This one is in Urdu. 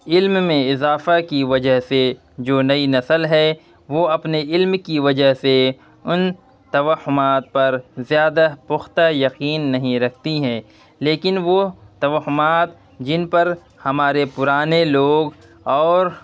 علم میں اضافہ کی وجہ سے جو نئی نسل ہے وہ اپنے علم کی وجہ سے ان توہمات پر زیادہ پختہ یقین نہیں رکھتی ہیں لیکن وہ توہمات جن پر ہمارے پرانے لوگ اور